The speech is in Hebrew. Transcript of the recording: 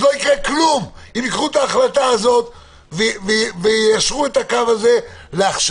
אז לא יקרה כלום אם ייקחו את ההחלטה הזאת ויישרו את הקו הזה לעכשיו.